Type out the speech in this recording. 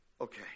Okay